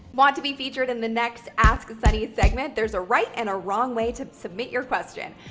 want to be featured in the next ask sunny segment? there's a right and a wrong way to submit your question.